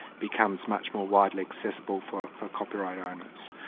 becomes much more widely accessible for for copyright owners.